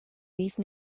these